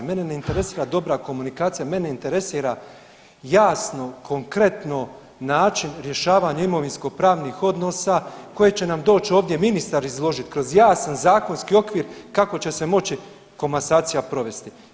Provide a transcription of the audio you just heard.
Mene ne interesira dobra komunikacija, mene interesira jasno, konkretno način rješavanja imovinskopravnih odnosa koje će nam doći ovdje ministar izložiti kroz jasan zakonski okvir kako će se moći komasacija provesti.